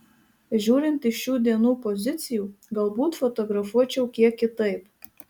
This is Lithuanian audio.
žiūrint iš šių dienų pozicijų galbūt fotografuočiau kiek kitaip